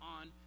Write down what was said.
on